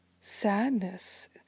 sadness